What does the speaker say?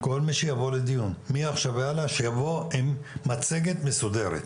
כל מי שיבוא לדיון מעכשיו והלאה שיבוא עם מצגת מסודרת,